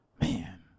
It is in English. man